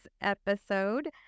episode